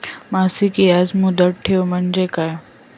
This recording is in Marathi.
मासिक याज मुदत ठेव म्हणजे काय?